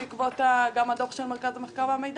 גם בעקבות הדוח של מרכז המחקר והמידע,